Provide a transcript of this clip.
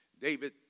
David